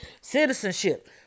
citizenship